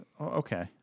Okay